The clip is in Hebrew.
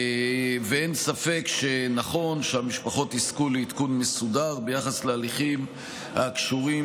אין ספק שנכון שהמשפחות יזכו לעדכון מסודר ביחס להליכים הקשורים